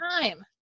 time